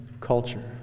culture